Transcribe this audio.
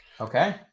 Okay